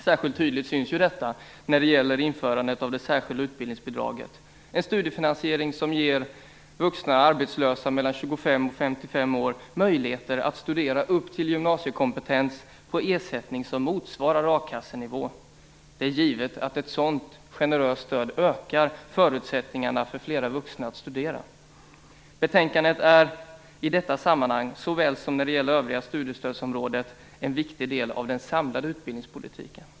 Särskilt tydligt syns detta när det gäller införandet av det särskilda utbildningsbidraget, en studiefinansiering som ger vuxna arbetslösa mellan 25 Det är givet att ett sådant generöst stöd ökar förutsättningarna för fler vuxna att studera. Betänkandet är i detta sammanhang lika väl som när det gäller övriga studiestödsområdet en viktig del av den samlade utbildningspolitiken.